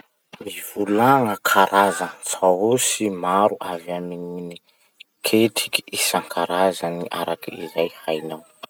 Mivolagna karaza saosy maro avy amy ny ketriky isankarazany araky zay hainao.